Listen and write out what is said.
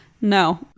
no